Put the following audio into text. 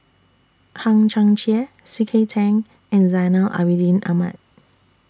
Hang Chang Chieh C K Tang and Zainal Abidin Ahmad